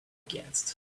against